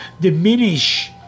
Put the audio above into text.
diminish